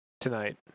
tonight